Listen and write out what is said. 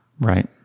Right